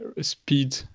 speed